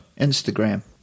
Instagram